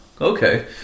Okay